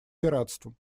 пиратством